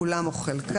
כולם או חלקם.